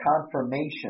confirmation